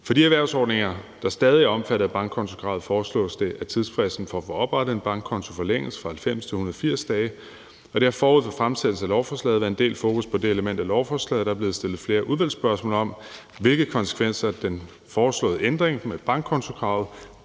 For de erhvervsordninger, der stadig er omfattet af bankkontokravet, foreslås det, at tidsfristen for at få oprettet en bankkonto forlænges fra 90 til 180 dage. Der har forud for fremsættelsen af lovforslaget været en del fokus på det element af lovforslaget, og der er blevet stillet flere udvalgsspørgsmål om, hvilke konsekvenser den foreslåede ændring med bankkontokravet